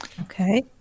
okay